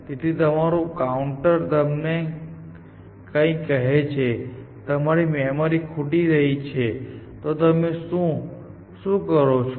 તેથી તમારું કાઉન્ટર તમને કંઈક કહે છે કે તમારી મેમરી ખૂટી રહી છે તો તમે શું કરો છો